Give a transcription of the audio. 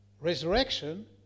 resurrection